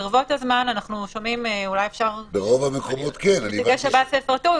ברבות הזמן אנחנו שומעים אולי נציגי השב"ס יפרטו,